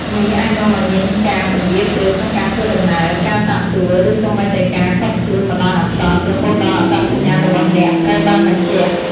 នេះអាចនាំឱ្យមានការពន្យារពេលក្នុងការធ្វើដំណើរ ការសាកសួរ ឬសូម្បីតែការឃាត់ខ្លួនបណ្ដោះអាសន្ន រហូតដល់អត្តសញ្ញាណរបស់អ្នកត្រូវបានបញ្ជាក់។